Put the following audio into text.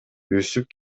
өсүп